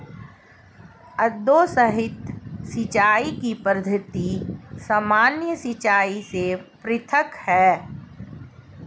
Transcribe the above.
अधोसतही सिंचाई की पद्धति सामान्य सिंचाई से पृथक है